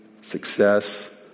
success